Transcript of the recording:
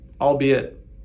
albeit